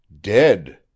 Dead